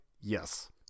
Yes